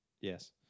Yes